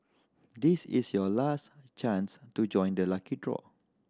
this is your last chance to join the lucky draw